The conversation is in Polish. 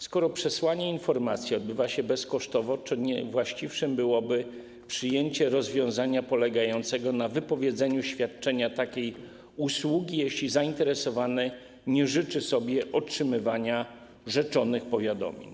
Skoro przesyłanie informacji odbywa się bezkosztowo, czy nie właściwsze byłoby przyjęcie rozwiązania polegającego na wypowiedzeniu świadczenia takiej usługi, jeśli zainteresowany nie życzy sobie otrzymywania rzeczonych powiadomień?